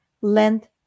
length